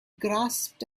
grasped